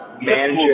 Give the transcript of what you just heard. manager